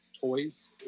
toys